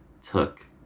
took